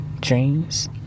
dreams